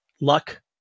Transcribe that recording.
Luck